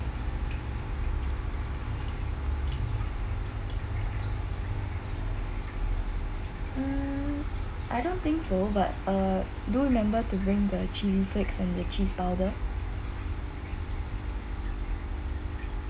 mm I don't think so but err do remember to bring the chilli flakes and the cheese powder